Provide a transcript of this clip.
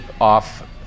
off